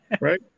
Right